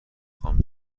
خوام